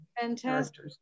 Fantastic